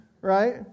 right